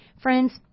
Friends